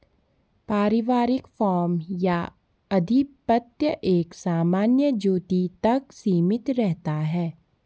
पारिवारिक फार्म का आधिपत्य एक सामान्य ज्योति तक सीमित रहता है